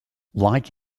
like